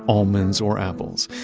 almonds or apples.